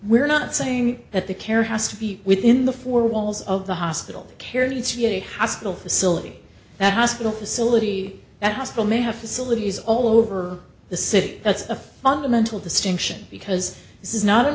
we're not saying that the care has to be within the four walls of the hospital care to see a hospital facility that hospital facility that has the may have facilities all over the city that's a fundamental distinction because this is not an